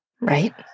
Right